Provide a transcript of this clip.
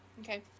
Okay